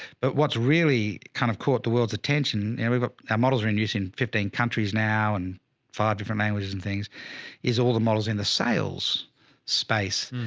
but what's really kind of caught the world's attention and we've got, ah our models are in use in fifteen countries now and five different languages and things is all the models in the sales space.